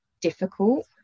difficult